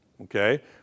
Okay